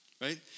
Right